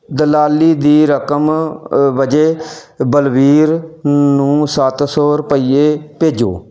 ਦਲਾਲੀ ਦੀ ਰਕਮ ਵਜੋਂ ਬਲਬੀਰ ਨੂੰ ਸੱਤ ਸੌ ਰੁਪਈਏ ਭੇਜੋ